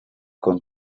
con